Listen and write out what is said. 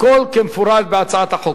הכול כמפורט בהצעת החוק.